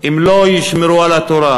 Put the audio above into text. אם לא ישמרו על התורה.